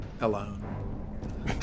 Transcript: alone